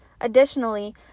Additionally